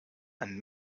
and